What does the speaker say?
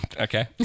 okay